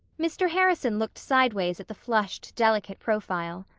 mr. harrison looked sidewise at the flushed, delicate profile.